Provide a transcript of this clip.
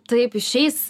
taip šiais